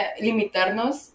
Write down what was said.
limitarnos